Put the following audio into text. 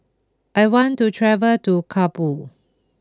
I want to travel to Kabul